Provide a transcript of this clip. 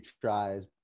tries